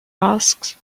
asks